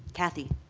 kathy?